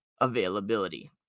availability